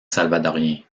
salvadorien